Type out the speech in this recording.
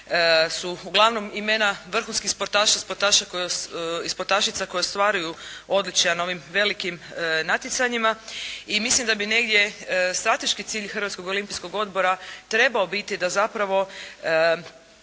su uglavnom imena vrhunskih sportaša i sportašica koji ostvaruju odličja na ovim velikim natjecanjima i mislim da bi negdje strateški cilj Hrvatskog olimpijskog odbora trebao biti da zapravo